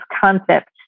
concept